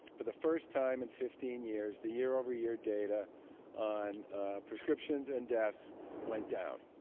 for the first time in fifteen years, the year-over-year data on prescriptions and deaths went down.